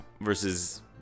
versus